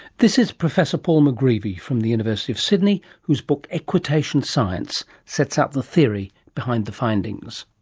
this is professor paul mcgreevy from the university of sydney whose book equitation science sets out the theory behind the findings.